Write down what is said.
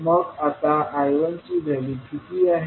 मग आता I1ची व्हॅल्यू किती आहे